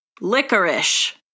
licorice